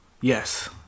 Yes